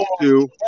two